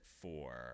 four